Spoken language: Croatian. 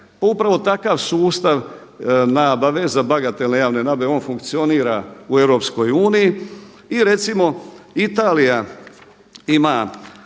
upravo takav sustav nabave, za bagatelne javne nabave on funkcionira u EU i recimo Italija ima